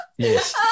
Yes